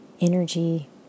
energy